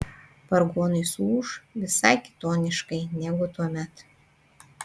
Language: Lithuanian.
vargonai suūš visai kitoniškai negu tuomet